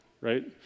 right